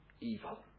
evil